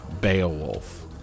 Beowulf